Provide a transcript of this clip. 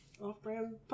off-brand